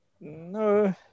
No